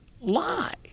lie